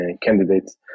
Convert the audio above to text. candidates